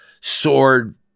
sword